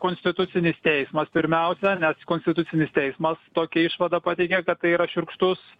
konstitucinis teismas pirmiausia nes konstitucinis teismas tokią išvadą pateikia kad tai yra šiurkštus